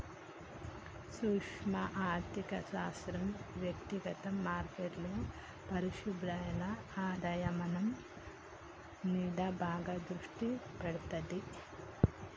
సూక్శ్మ ఆర్థిక శాస్త్రం వ్యక్తిగత మార్కెట్లు, పరిశ్రమల అధ్యయనం మీద బాగా దృష్టి పెడతాది